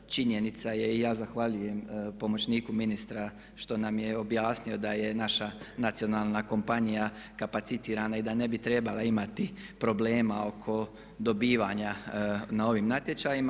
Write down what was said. Činjenica je i ja zahvaljujem pomoćniku ministra što nam je objasnio da je naša nacionalna kompanija kapacitirana i da ne bi trebala imati problema oko dobivanja na ovim natječajima.